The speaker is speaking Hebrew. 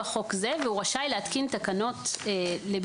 חוק זה והוא רשאי להתקין תקנות לביצועו.